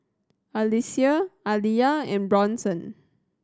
Alecia Aliya and Bronson